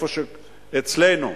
אצלנו,